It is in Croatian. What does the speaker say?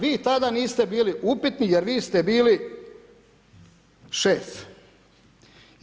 Vi tada niste bili upitni jer vi ste bili šef.